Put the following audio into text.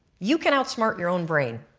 you can out smart your own brain